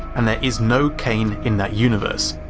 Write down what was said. and there is no kane in that universe.